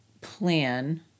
plan